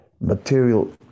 material